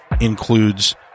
includes